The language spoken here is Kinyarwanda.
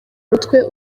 mutwe